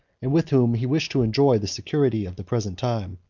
and with whom he wished to enjoy the security of the present time.